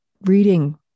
reading